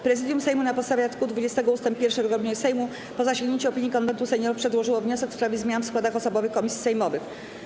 Prezydium Sejmu, na podstawie art. 20 ust. 1 regulaminu Sejmu, po zasięgnięciu opinii Konwentu Seniorów, przedłożyło wniosek w sprawie zmian w składach osobowych komisji sejmowych.